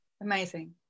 Amazing